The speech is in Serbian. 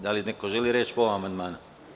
Da li neko želi reč po ovom amandmanu?